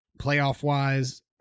Playoff-wise